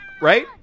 right